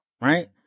right